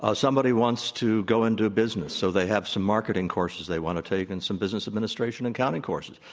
ah somebody once want to go into business, so they have some marketing courses they want to take and some business administration and accounting courses.